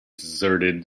deserted